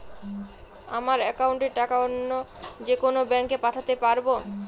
আমার একাউন্টের টাকা অন্য যেকোনো ব্যাঙ্কে পাঠাতে পারব?